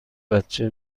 بچه